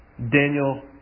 Daniel